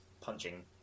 punching